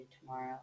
tomorrow